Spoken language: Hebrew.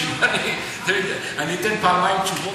בשביל מה אני אתן פעמיים תשובות?